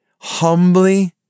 humbly